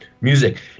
music